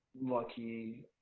lucky